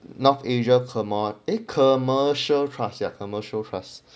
north asia kurma~ eh commercial trust their commercial trust